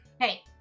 hey